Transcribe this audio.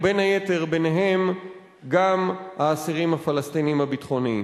ובין היתר ביניהם גם האסירים הפלסטינים הביטחוניים.